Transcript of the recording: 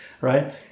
right